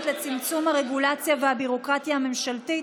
לצמצום הרגולציה והביורוקרטיה הממשלתית,